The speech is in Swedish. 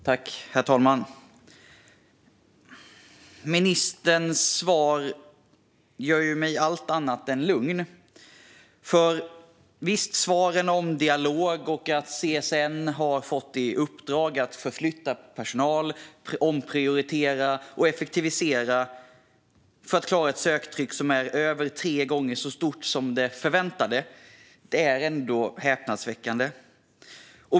Herr talman! Ministerns svar gör mig allt annat än lugn. Svaren om dialog och att CSN fått i uppdrag att förflytta personal, omprioritera och effektivisera för att klara ett söktryck som är mer än tre gånger så stort som det förväntade är häpnadsväckande.